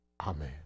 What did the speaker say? Amen